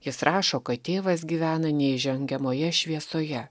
jis rašo kad tėvas gyvena neįžengiamoje šviesoje